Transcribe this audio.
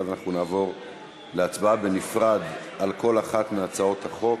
ואז נעבור להצבעה בנפרד על כל אחת מהצעות החוק.